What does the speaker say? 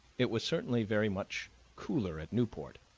it was certainly very much cooler at newport,